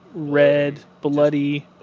red, bloody